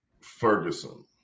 Ferguson